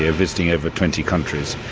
ah visiting over twenty countries,